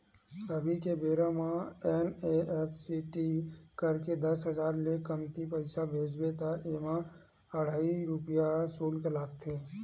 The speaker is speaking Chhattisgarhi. अभी के बेरा म एन.इ.एफ.टी करके दस हजार ले कमती पइसा भेजबे त एमा अढ़हइ रूपिया सुल्क लागथे